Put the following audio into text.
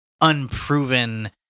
unproven